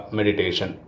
Meditation